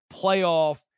playoff